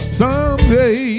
someday